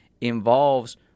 involves